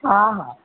हा हा